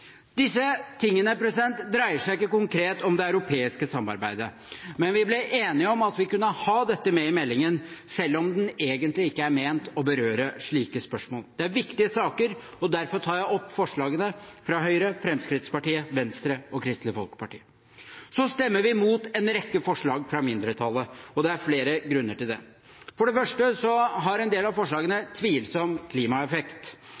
Disse tingene dreier seg ikke konkret om det europeiske samarbeidet, men vi ble enige om at vi kunne ha dette med i meldingen selv om den egentlig ikke er ment å berøre slike spørsmål. Det er viktige saker, og derfor tar jeg opp forslagene fra Høyre, Fremskrittspartiet, Venstre og Kristelig Folkeparti. Vi stemmer mot en rekke forslag fra mindretallet, og det er flere grunner til det. For det første har en del av forslagene tvilsom klimaeffekt.